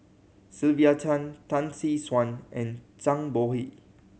Sylvia Tan Tan Tee Suan and Zhang Bohe